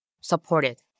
supported